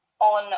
on